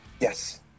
Yes